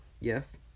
Yes